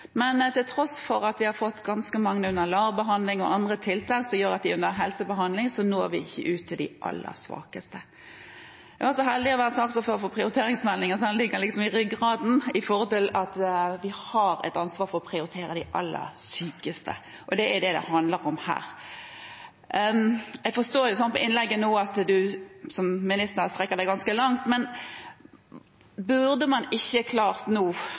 andre tiltak som gjør at de er under helsebehandling, når vi ikke ut til de aller svakeste. Jeg var så heldig å få være saksordfører for prioritetsmeldingen, så den ligger liksom i ryggraden med hensyn til at vi har et ansvar for å prioritere de aller sykeste, og det er det det handler om her. Jeg forstår det slik av innlegget nå at Høie som minister strekker seg ganske langt, men burde man ikke klart nå, med et flertall, å sørge for – for det er jo ikke snakk om å vedta en lov her og nå,